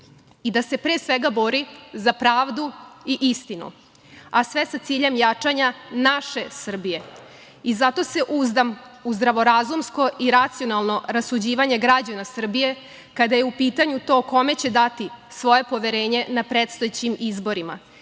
i da se pre svega bori za pravdu i istinu, a sve sa ciljem jačanja naše Srbije. Zato se uzdam u zdravorazumsko i racionalno rasuđivanje građana Srbije kada je u pitanju to kome će dati svoje poverenje na predstojećim izborima